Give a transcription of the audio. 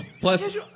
Plus